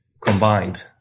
combined